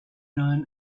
known